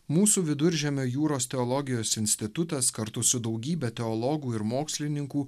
mūsų viduržemio jūros teologijos institutas kartu su daugybe teologų ir mokslininkų